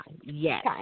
yes